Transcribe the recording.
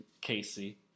Casey